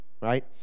right